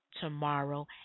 tomorrow